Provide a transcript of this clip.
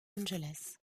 angeles